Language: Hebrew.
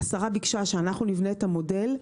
השרה ביקשה שאנחנו נבנה את המודל,